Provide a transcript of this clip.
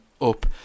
Up